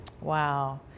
Wow